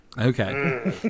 Okay